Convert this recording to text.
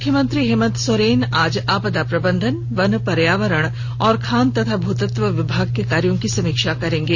मुख्यमंत्री हेमंत सोरेन आज आपदा प्रबंधन वन पर्यावरण और खान एवं भूतत्व विभाग के कार्यो की समीक्षा करेंगे